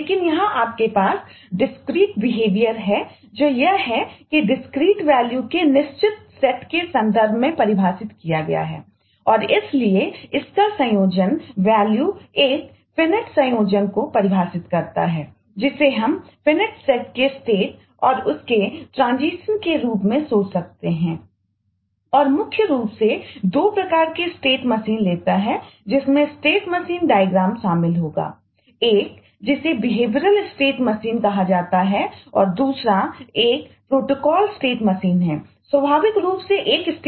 लेकिन यहां आपके पास डिस्क्रीट बिहेवियरशामिल होंगे